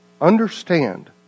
understand